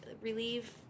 relieve